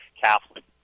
Catholic